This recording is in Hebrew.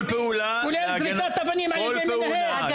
כל פעולה להגנה עצמית.